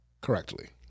correctly